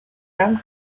dung